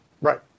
Right